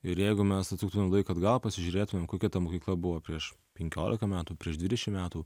ir jeigu mes atsuktumėm laiką atgal pasižiūrėtumėm kokia ta mokykla buvo prieš penkiolika metų prieš dvidešim metų